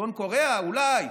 בצפון קוריאה אולי,